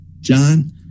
John